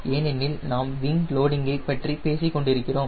ஏனெனில் நாம் விங் லோடிங்கை பற்றி பேசிக் கொண்டிருக்கிறோம்